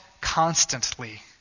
constantly